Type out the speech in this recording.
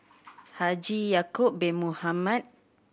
Haji Ya'acob Bin Mohamed